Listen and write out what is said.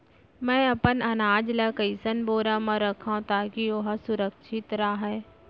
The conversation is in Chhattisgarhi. मैं अपन अनाज ला कइसन बोरा म रखव ताकी ओहा सुरक्षित राहय?